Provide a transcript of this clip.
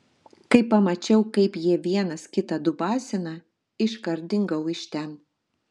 kai pamačiau kaip jie vienas kitą dubasina iškart dingau iš ten